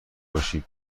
باشیم